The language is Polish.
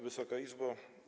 Wysoka Izbo!